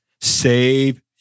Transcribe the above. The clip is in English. Save